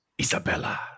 Isabella